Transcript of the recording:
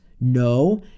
No